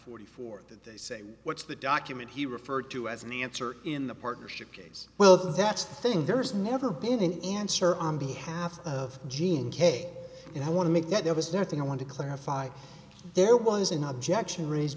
forty four they say what's the document he referred to as the answer in the partnership case well that's the thing there's never been an answer on behalf of gene k and i want to make that there was nothing i want to clarify there was an objection raised